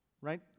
Right